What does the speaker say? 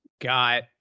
got